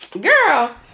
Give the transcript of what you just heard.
Girl